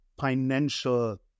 financial